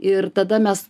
ir tada mes